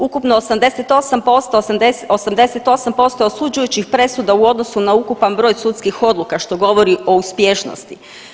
Ukupno 88%, 88% osuđujućih presuda u odnosu na ukupan broj sudskih odluka što govori o uspješnosti.